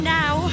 now